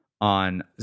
on